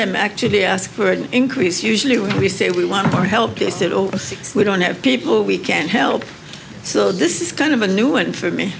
them actually ask for an increase usually when we say we want our help they still think we don't have people we can help so this is kind of a new one for me